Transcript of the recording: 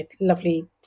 lovely